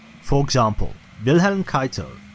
for example, wilhelm keitel,